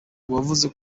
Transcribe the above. uwavuze